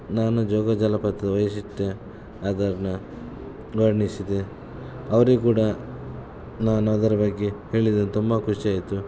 ನಾನು ಜೋಗ ಜಲಪಾತದ ವೈಶಿಷ್ಟ್ಯ ಅದನ್ನ ವರ್ಣಿಸಿದೆ ಅವ್ರಿಗೆ ಕೂಡ ನಾನು ಅದರ ಬಗ್ಗೆ ಹೇಳಿದೆ ತುಂಬ ಖುಷಿ ಆಯಿತು